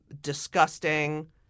disgusting